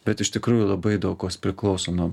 bet iš tikrųjų labai daug kas priklauso nuo